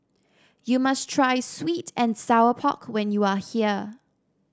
you must try sweet and Sour Pork when you are here